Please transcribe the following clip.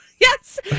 Yes